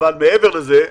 מעבר לזה,